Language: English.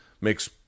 makes